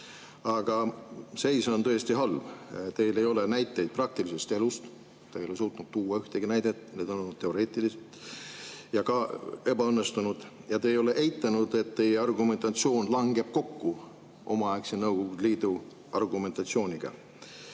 aga seis on tõesti halb. Teil ei ole näiteid praktilisest elust, te ei ole suutnud tuua ühtegi näidet – need on olnud teoreetilised ja ebaõnnestunud. Te ei ole eitanud, et teie argumentatsioon langeb kokku omaaegse Nõukogude Liidu argumentatsiooniga.